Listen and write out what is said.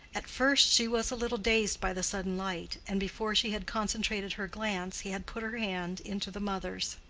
at first she was a little dazed by the sudden light, and before she had concentrated her glance he had put her hand into the mother's.